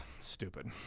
Stupid